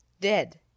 dead